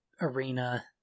arena